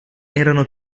erano